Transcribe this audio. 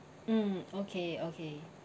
mm okay okay